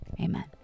Amen